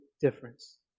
difference